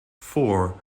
four